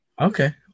Okay